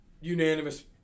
unanimous